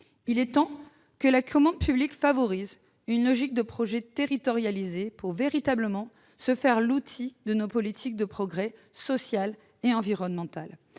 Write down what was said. Il est temps que la commande publique favorise l'adoption d'une logique de projet territorialisée pour véritablement se faire l'outil de nos politiques de progrès social et environnemental.